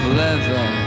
leather